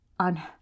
on